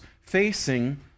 facing